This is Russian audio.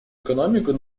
экономику